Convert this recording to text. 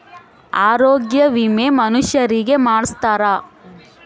ಆರೊಗ್ಯ ವಿಮೆ ಮನುಷರಿಗೇ ಮಾಡ್ಸ್ತಾರ